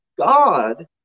God